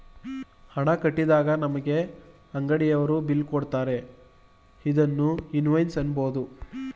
ಹಣ ಕಟ್ಟಿದಾಗ ನಮಗೆ ಅಂಗಡಿಯವರು ಬಿಲ್ ಕೊಡುತ್ತಾರೆ ಇದನ್ನು ಇನ್ವಾಯ್ಸ್ ಅನ್ನಬೋದು